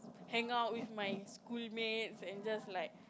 hang out with my schoolmates and just like